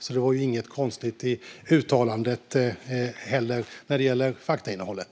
Det var alltså inget konstigt i uttalandet, inte heller när det gäller faktainnehållet.